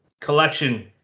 collection